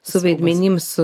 su vaidmenim su